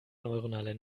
neuronale